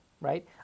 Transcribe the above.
right